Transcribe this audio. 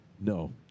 No